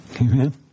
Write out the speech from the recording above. Amen